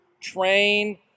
train